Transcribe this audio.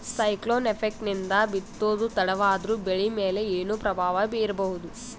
Cyclone effect ನಿಂದ ಬಿತ್ತೋದು ತಡವಾದರೂ ಬೆಳಿ ಮೇಲೆ ಏನು ಪ್ರಭಾವ ಬೀರಬಹುದು?